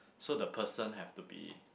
so the person have to be